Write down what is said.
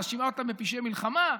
מאשימה אותם בפשעי מלחמה.